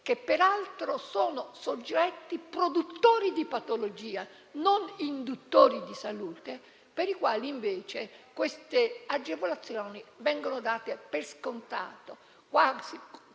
- peraltro sono produttori di patologia, non induttori di salute - per le quali, invece, queste agevolazioni vengono date per scontate, come se